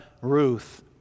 Ruth